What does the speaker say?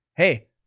hey